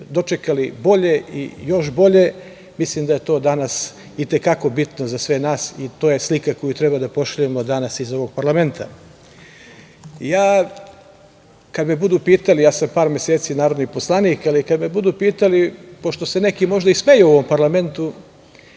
dočekali bolje i još bolje, mislim da je to danas i te kako bitno za sve nas i to je slika koju treba da pošaljemo danas iz ovog parlamenta. Kada me budu pitali, ja sam par meseci narodni poslanik, ali kada me budu pitali, pošto se neki možda i smeju ovom parlamentu,